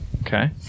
Okay